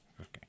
Okay